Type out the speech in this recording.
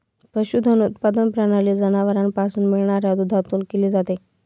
पशुधन उत्पादन प्रणाली जनावरांपासून मिळणाऱ्या दुधातून केली जाते